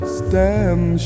stand